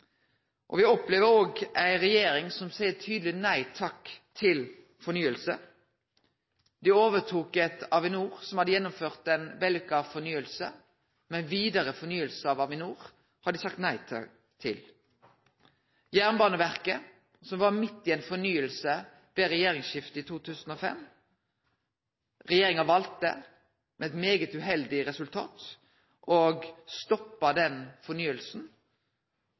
utfordringane. Me opplever òg ei regjering som seier eit tydeleg nei takk til fornying. Dei overtok eit Avinor som hadde gjennomført ei vellykka fornying, men vidare fornying av Avinor har dei sagt nei takk til. Jernbaneverket var midt i ein fornyingsprosess ved regjeringsskiftet i 2005. Regjeringa valde, med eit svært uheldig resultat, å stoppe den